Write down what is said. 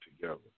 together